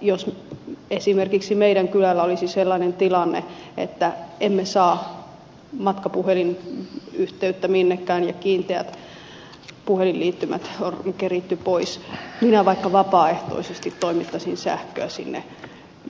jos esimerkiksi meidän kylällä olisi sellainen tilanne että emme saa matkapuhelinyhteyttä minnekään ja kiinteät puhelinliittymät on keritty pois minä vaikka vapaaehtoisesti toimittaisin sähköä sinne